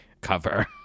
cover